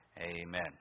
Amen